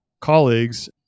colleagues